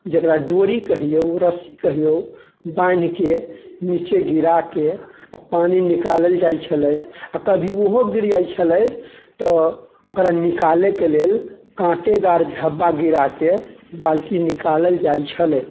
जकरा डोरी कहियौ रस्सी कहियौ बान्हि के नीचे गिरा के आ पानि निकालल जाइ छलै आ कभी ओहो गिर जाइ छलै तऽ ओकरा निकालै के लेल काँटेदार झब्बा गिराके बाल्टी निकालल जाइ छलै